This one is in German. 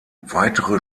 weitere